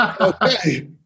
okay